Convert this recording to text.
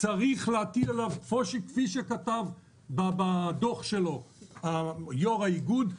כפי שכתב בדוח שלו יו"ר האיגוד,